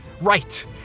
right